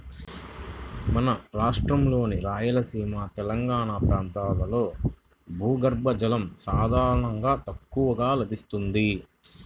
మన రాష్ట్రంలోని రాయలసీమ, తెలంగాణా ప్రాంతాల్లో భూగర్భ జలం సాధారణంగా తక్కువగా లభిస్తుంది